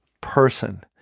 person